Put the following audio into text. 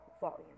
volume